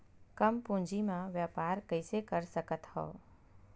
कम पूंजी म व्यापार कइसे कर सकत हव?